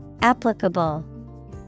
Applicable